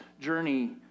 journey